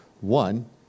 One